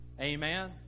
amen